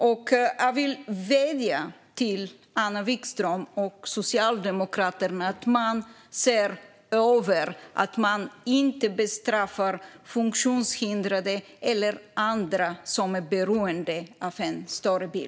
Jag vill vädja till Anna Vikström och Socialdemokraterna att se över detta så att man inte bestraffar funktionshindrade eller andra som är beroende av en större bil.